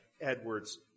Edwards